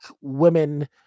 women